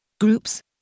Groups